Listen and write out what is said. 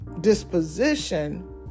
disposition